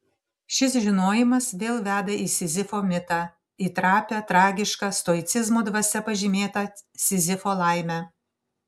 šis žinojimas vėl veda į sizifo mitą į trapią tragišką stoicizmo dvasia pažymėtą sizifo laimę